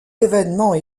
événements